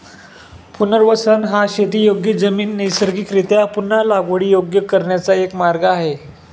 पुनर्वसन हा शेतीयोग्य जमीन नैसर्गिकरीत्या पुन्हा लागवडीयोग्य करण्याचा एक मार्ग आहे